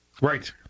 right